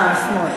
אה, השמאל.